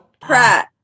Pratt